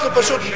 אנחנו פשוט,